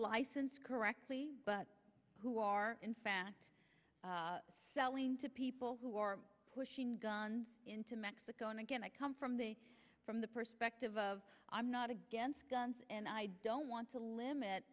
licensed correctly but who are in fact selling to people who are pushing gun into mexico and again i come from the from the perspective of i'm not against guns and i don't want to limit